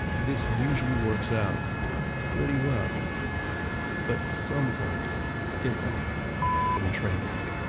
this usually works out pretty well but sometimes it's a and train wreck